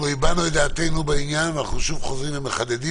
אני לא עוקב אחריכם אחד על אחד.